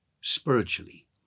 spiritually